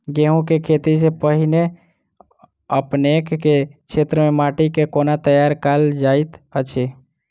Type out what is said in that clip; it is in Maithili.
गेंहूँ केँ खेती सँ पहिने अपनेक केँ क्षेत्र मे माटि केँ कोना तैयार काल जाइत अछि?